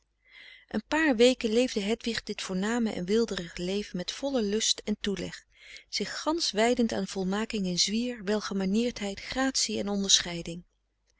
een paar weken leefde hedwig dit voorname en weelderige leven met vollen lust en toeleg zich gansch wijdend aan volmaking in zwier welgemanierdheid gratie en onderscheiding